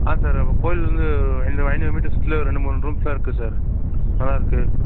ஆ sir அப்போது கோவிலிருந்து எந்த ஐநூறு மீட்டர்ஸ் டிஸ்டன்ஸில் ரெண்டு மூணு ரூம்ஸ்லாம் இருக்கு சார் நல்லாயிருக்கு